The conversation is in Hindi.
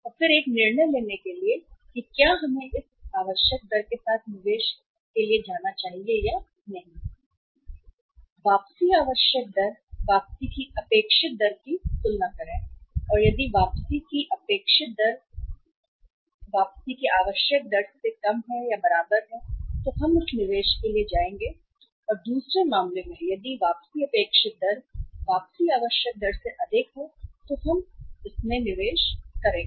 और फिर एक निर्णय लेने के लिए कि क्या हमें इस निवेश के लिए जाना चाहिए या नहीं आवश्यक दर के साथ वापसी की अपेक्षित दर के साथ वापसी की अपेक्षित दर की तुलना करें वापसी और यदि वापसी की अपेक्षित दर कम से कम वापसी की आवश्यक दर के बराबर है तो हम जाएंगे यह निवेश या दूसरे मामले में यदि अपेक्षित दर वापसी आवश्यक दर से अधिक है वापसी हम इस निवेश के लिए करेंगे